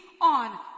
on